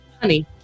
Honey